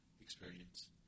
experience